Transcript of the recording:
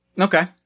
okay